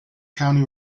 county